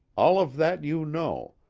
all of that you know,